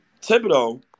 Thibodeau